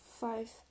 five